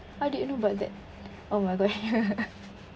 how do you know about that oh my god you're